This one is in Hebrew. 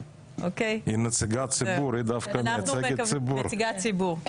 היא נציגת ציבור, היא דווקא מייצגת ציבור.